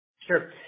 Sure